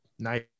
Nice